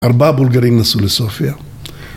ארבעה בולגרים נסו לסופיה.